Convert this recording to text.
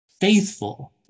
faithful